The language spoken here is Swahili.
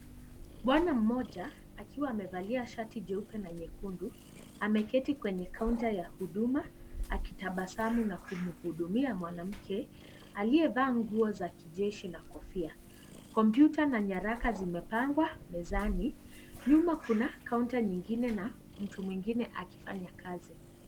Bwana mmoja akiwa amevalia shati jeupe na nyekundu ameketi kwenye kaunta ya huduma akitabasamu na kumhudumia mwanamke aliyevaa nguo za kijeshi na kofia. Kompyuta na nyaraka zimepangwa mezani. Nyuma kuna kaunta nyingine na mtu mwingine akifanya kazi.